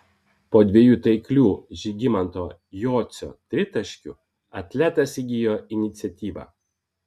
po dviejų taiklių žygimanto jocio tritaškių atletas įgijo iniciatyvą